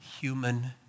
human